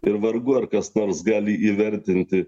ir vargu ar kas nors gali įvertinti